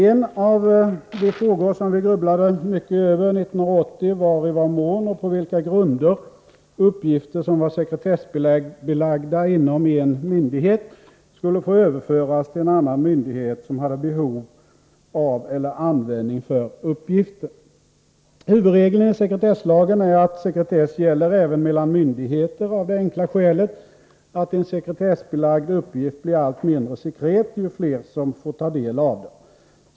En av de frågor som vi grubblade mycket över 1980 var i vad mån och på vilka grunder uppgifter som var sekretessbelagda inom en myndighet skulle få överföras till en annan myndighet som hade behov av eller användning för uppgiften. Huvudregeln i sekretesslagen är att sekretess gäller även mellan myndigheter, av det enkla skälet att en sekretessbelagd uppgift blir allt mindre sekret ju fler som får ta del av den.